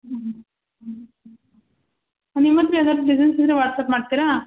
ಹ್ಞೂ ನಿಮ್ಮತ್ರ ಯಾವ್ದಾರು ಡಿಸೈನ್ಸ್ ಇದ್ರೆ ವಾಟ್ಸ್ಆ್ಯಪ್ ಮಾಡ್ತೀರಾ